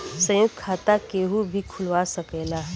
संयुक्त खाता केहू भी खुलवा सकेला